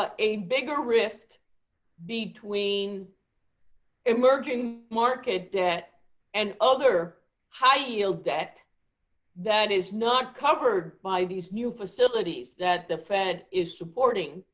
ah a bigger rift between emerging market debt and other high yield debt that is not covered by these new facilities that the fed is supporting,